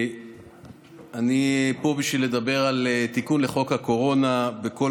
אני פה בשביל לדבר על תיקון לחוק הקורונה בכל